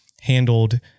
handled